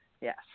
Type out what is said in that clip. Yes